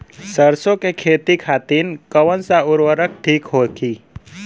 सरसो के खेती खातीन कवन सा उर्वरक थिक होखी?